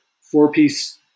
four-piece